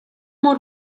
мөр